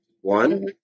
one